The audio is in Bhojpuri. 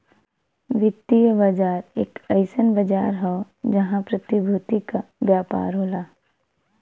वित्तीय बाजार एक अइसन बाजार हौ जहां प्रतिभूति क व्यापार होला